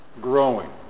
growing